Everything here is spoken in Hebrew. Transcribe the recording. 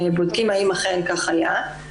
בודקים האם אכן כך היה.